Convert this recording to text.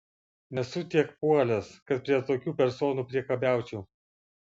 nesu tiek puolęs kad prie tokių personų priekabiaučiau